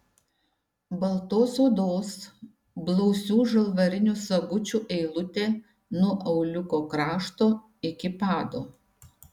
baltos odos blausių žalvarinių sagučių eilutė nuo auliuko krašto iki pado